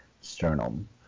sternum